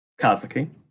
Kazuki